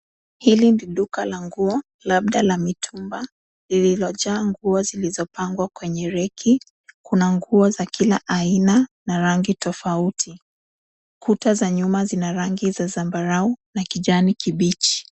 Hili ni duka la nguo labda la mitumba lililo jaa nguo zilizopangwa kwenye reki. Kuna nguo za kila aina na rangi tofauti. Kuta za nyuma zina rangi za zambarao na kijani kibichi.